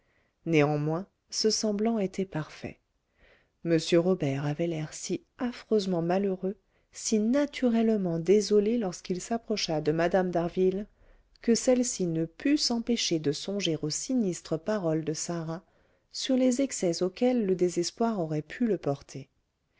néanmoins ce semblant était parfait m robert avait l'air si affreusement malheureux si naturellement désolé lorsqu'il s'approcha de mme d'harville que celle-ci ne put s'empêcher de songer aux sinistres paroles de sarah sur les excès auxquels le désespoir aurait pu le porter